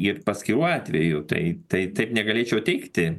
ir paskirų atvejų tai tai taip negalėčiau teigti